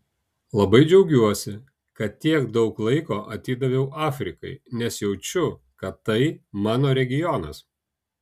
labai džiaugiuosi kad tiek daug laiko atidaviau afrikai nes jaučiu kad tai mano regionas